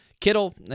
Kittle